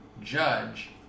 Judge